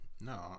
no